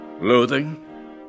loathing